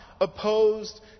opposed